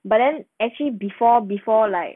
but then actually before before like